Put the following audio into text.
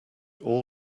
all